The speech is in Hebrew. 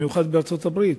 במיוחד בארצות-הברית.